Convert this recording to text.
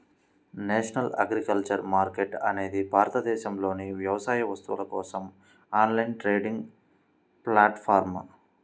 national agriculture market అనేది భారతదేశంలోని వ్యవసాయ వస్తువుల కోసం ఆన్లైన్ ట్రేడింగ్ ప్లాట్ఫారమ్